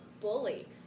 bully